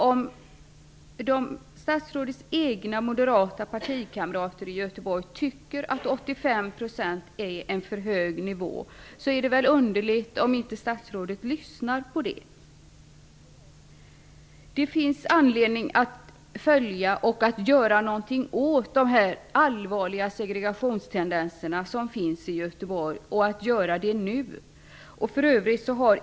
Om statsrådets moderata partikamrater i Göteborg tycker att 85 % är en för hög nivå är det underligt om statsrådet inte lyssnar på det. Det finns anledning att göra något åt de allvarliga segragationstendenser som finns i Göteborg. Det måste göras nu.